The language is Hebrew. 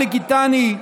עלי כנתאני,